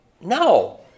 No